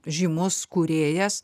žymus kūrėjas